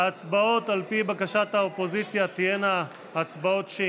ההצבעות, על פי בקשת האופוזיציה, תהיינה שמיות.